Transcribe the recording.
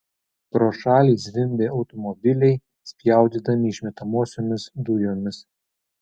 pro šalį zvimbė automobiliai spjaudydami išmetamosiomis dujomis